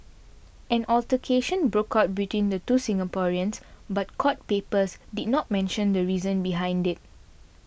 an altercation broke out between the two Singaporeans but court papers did not mention the reason behind it